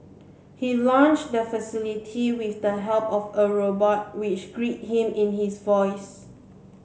he launched the facility with the help of a robot which greeted him in his voice